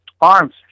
Arms